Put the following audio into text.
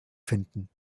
finden